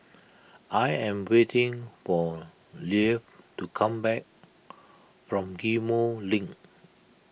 I am waiting for Leif to come back from Ghim Moh Link